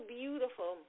beautiful